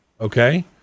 okay